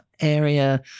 area